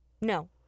No